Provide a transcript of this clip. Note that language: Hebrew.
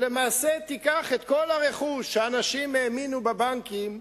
שלמעשה תיקח את כל הרכוש, אנשים האמינו בבנקים,